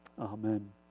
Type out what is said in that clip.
Amen